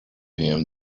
him